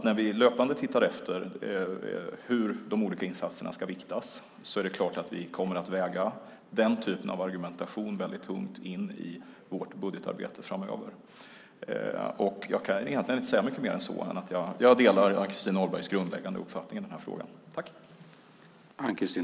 När vi löpande tittar efter hur de olika insatserna ska viktas är det klart att vi kommer att väga den typen av argumentation väldigt tungt in i vårt budgetarbete framöver. Jag kan egentligen inte säga mycket mer än så. Jag delar Ann-Christin Ahlbergs grundläggande uppfattning i den här frågan.